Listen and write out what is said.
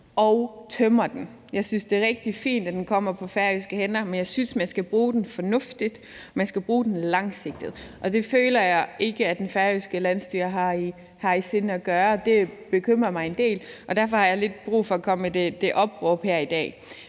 og tømmer den. Jeg synes, det er rigtig fint, at den kommer på færøske hænder, men jeg synes, at man skal bruge den fornuftigt og man skal bruge den langsigtet, og det føler jeg ikke at det færøske landsstyre har i sinde at gøre. Det bekymrer mig en del, og derfor har jeg lidt brug for at komme med det opråb her i dag.